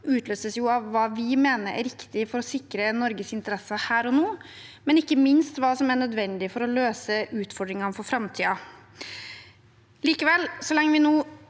utløses av hva vi mener er riktig for å sikre Norges interesser her og nå, men ikke minst av hva som er nødvendig for å løse utfordringene for framtiden. Likevel, så lenge vi